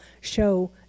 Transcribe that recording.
show